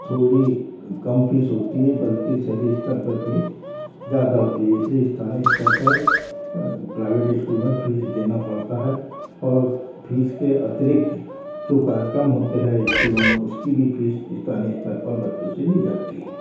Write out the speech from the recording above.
थोड़ी कम फीस होती है बल्कि शहरी स्तर पर फीस ज़्यादा होती है इसलिए स्थानीय स्तर पर प्राइवेट स्कूल में फीस देना पड़ता है और फीस के अतिरिक्त जो कार्यक्रम होते हैं स्कूलों में उसकी भी फीस स्थानीय स्तर पर बच्चों से मिल जाती है